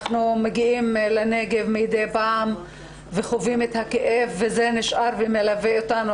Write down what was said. אנחנו מגיעים לנגב מידי פעם וחווים את הכאב וזה נשאר ומלווה אותנו,